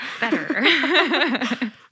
better